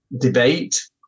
debate